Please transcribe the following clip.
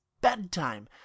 bedtime